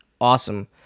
awesome